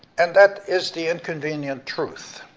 and that is the inconvenient truth,